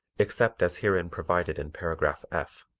except as herein provided in paragraph f.